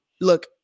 Look